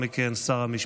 הורשת זכויות דיגיטליות),